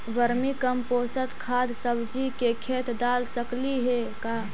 Vermi compost खाद सब्जी के खेत दाल सकली हे का?